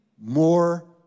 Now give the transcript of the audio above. more